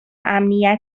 امنیت